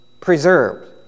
preserved